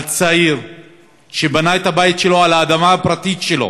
צעיר שבנה את הבית שלו על האדמה הפרטית שלו,